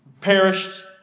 Perished